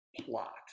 plot